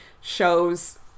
shows